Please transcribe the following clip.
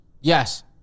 Yes